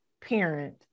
parent